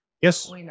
Yes